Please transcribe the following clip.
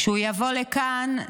כשהוא יבוא לכאן,